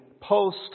post